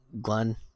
Glenn